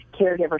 caregiver